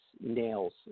nails